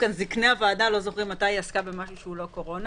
זקני הוועדה לא זוכרים מתי היא עסקה במשהו שהוא לא קורונה,